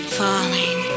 falling